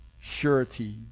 Surety